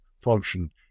function